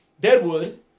Deadwood